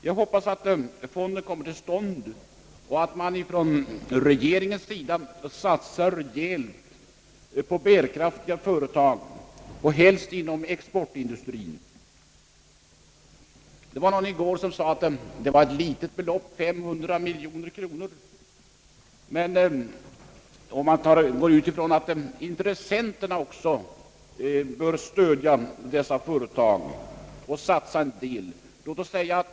Jag hoppas att denna fond skall komma till stånd och att regeringen därvid kommer att satsa rejält på bärkraftiga företag, helst tillhörande exportindustrien. Någon talare framhöll i går att de 500 miljonerna var ett litet belopp. Man får emellertid utgå från att intressenterna själva också bör stödja dessa företag och satsa en del i deras utveckling.